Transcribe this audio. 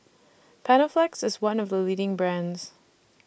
Panaflex IS one of The leading brands